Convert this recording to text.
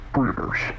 Breeders